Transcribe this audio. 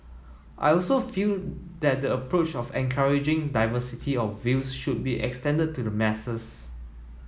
I also feel that the approach of encouraging diversity of views should be extended to the masses